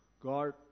God